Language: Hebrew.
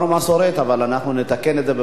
אבל אנחנו נתקן את זה בפעם הבאה.